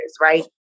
right